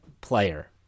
player